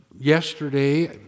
yesterday